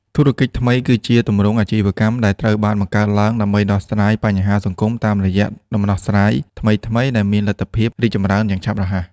ធុរកិច្ចថ្មីគឺជាទម្រង់អាជីវកម្មដែលត្រូវបានបង្កើតឡើងដើម្បីដោះស្រាយបញ្ហាសង្គមតាមរយៈដំណោះស្រាយថ្មីៗដែលមានលទ្ធភាពរីកចម្រើនយ៉ាងរហ័ស។